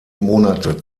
monate